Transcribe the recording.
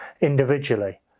individually